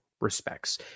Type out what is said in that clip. respects